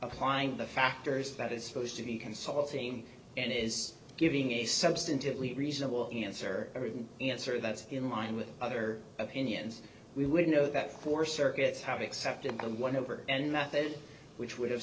applying the factors that it's supposed to be consulting and is giving a substantively reasonable answer every answer that's in line with other opinions we would know that for circuits have accepted the one over and method which would have